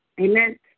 Amen